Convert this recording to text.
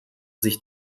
sich